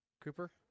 Cooper